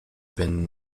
been